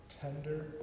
tender